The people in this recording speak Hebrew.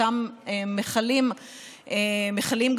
אותם מכלים גדולים,